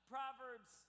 Proverbs